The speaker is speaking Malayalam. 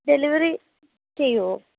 ഡെലിവറി ചെയ്യുമോ